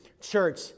church